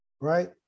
Right